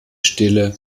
stille